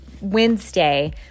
Wednesday